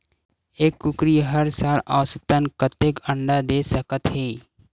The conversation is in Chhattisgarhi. एक कुकरी हर साल औसतन कतेक अंडा दे सकत हे?